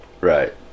Right